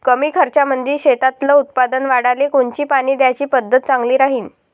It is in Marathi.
कमी खर्चामंदी शेतातलं उत्पादन वाढाले कोनची पानी द्याची पद्धत चांगली राहीन?